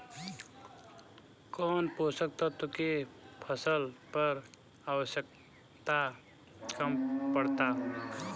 कौन पोषक तत्व के फसल पर आवशयक्ता कम पड़ता?